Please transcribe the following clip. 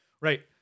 Right